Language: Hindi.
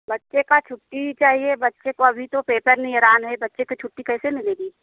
बच्चे का छुट्टी चाहिए बच्चे को अभी तो पेपर है बच्चे के छुट्टी कैसे मिलेगी